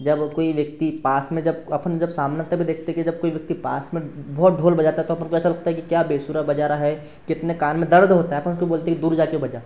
जब कोई व्यक्ति पास में जब अपन जब सामने तब देखते हैं कि जब कोई व्यक्ति पास में बहुत ढोल बजाता है तो अपन को ऐसा लगता है कि क्या बेसुरा बजा रहा है कितने कान में दर्द होता है परन्तु बोलते हैं कि दूर जाकर बजा